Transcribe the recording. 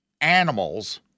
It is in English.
animals